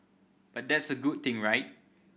but that's a good thing right